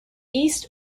east